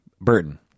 Burton